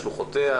שלוחותיה,